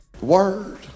Word